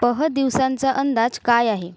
पह दिवसांचा अंदाज काय आहे